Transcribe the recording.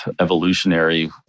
evolutionary